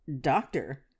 doctor